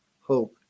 hope